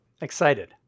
Excited